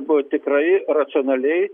buvo tikrai racionaliai